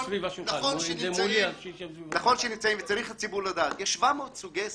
הציבור צריך לדעת שיש 700 סוגי סלמונלה,